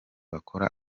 bakora